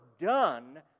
done